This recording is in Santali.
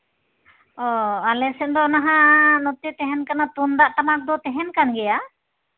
ᱚᱸᱻ ᱟᱞᱮ ᱥᱮᱱ ᱫᱚ ᱱᱟᱦᱟᱜ ᱱᱚᱛᱮ ᱛᱟᱦᱮᱱ ᱠᱟᱱᱟ ᱛᱩᱢᱫᱟᱜ ᱴᱟᱢᱟᱠᱫᱚ ᱛᱟᱦᱮᱱ ᱠᱟᱱ ᱜᱮᱭᱟ